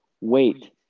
wait